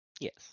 Yes